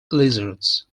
lizards